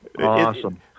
Awesome